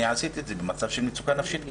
אני עשיתי את זה במצב של מצוקה נפשית קשה.